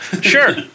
Sure